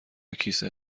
کیسه